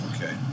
Okay